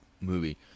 movie